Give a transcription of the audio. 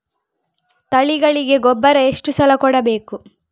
ತಳಿಗಳಿಗೆ ಗೊಬ್ಬರ ಎಷ್ಟು ಸಲ ಕೊಡಬೇಕು?